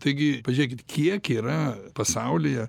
taigi pažiūrėkit kiek yra pasaulyje